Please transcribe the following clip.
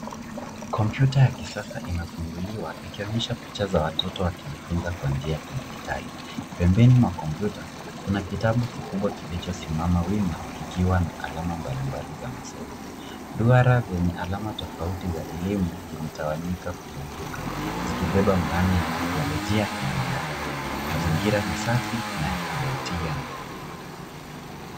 Kompyuta ya kisasa imefunguliwa ikionyesha picha za watoto wajifunza kwa njia ya kidijitali. Pembeni mwa kompyuta kuna kitabu kikubwa kilichosimama wima kikiwa na alama mbali mbali za masomo. Duara zenye alama tofauti za elimu zimetawanyika kuzunguka zikibeba maana ya teknolojia na maarifa. Mazingira ni safi na kuvutia.